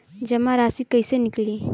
जमा राशि कइसे निकली?